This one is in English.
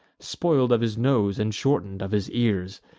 spoil'd of his nose, and shorten'd of his ears.